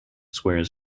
squares